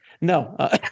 No